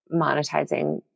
monetizing